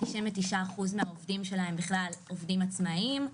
99% מהעובדים שלה הם בכלל עובדים עצמאים,